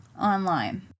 online